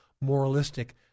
moralistic